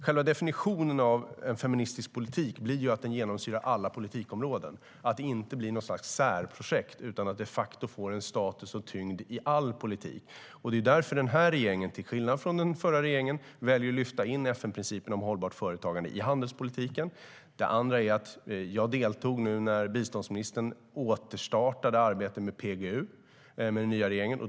Själva definitionen av en feministisk politik blir att den genomsyrar alla politikområden och att det inte blir något slags särprojekt utan de facto får status och tyngd i all politik. Det är därför regeringen till skillnad från den förra regeringen väljer att lyfta in FN-principen om hållbart företagande i handelspolitiken. Jag deltog nu när biståndsministern med den nya regeringen återstartade arbetet med PGU.